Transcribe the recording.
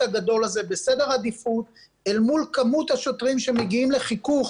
הגדול הזה בסדר עדיפות אל מול כמות השוטרים שמגיעים לחיכוך